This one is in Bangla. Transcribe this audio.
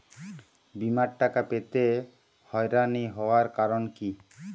বিমার টাকা পেতে হয়রানি হওয়ার কারণ কি?